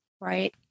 right